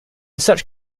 such